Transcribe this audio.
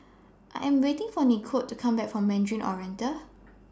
I Am waiting For Nikole to Come Back from Mandarin Oriental